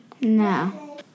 No